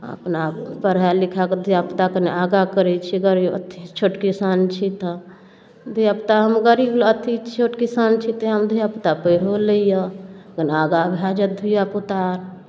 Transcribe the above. अपना पढ़ा लिखा कऽ धिया पूताकेँ आगाँ करै छी गरीब अथी छोट किसान छी तऽ धिया पूता हम गरीब अथी छोट किसान छी तैँ धिया पूता पढ़िओ लैए कनी आगाँ भए जायत धिया पूता आओर